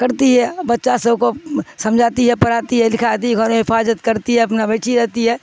کرتی ہے بچہ سب کو سمجھاتی ہے پڑاتی ہے لکھاتی ہے گنوں میں حفاظت کرتی ہے اپنا بیٹچھی رہتی ہے